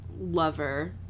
lover